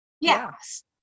yes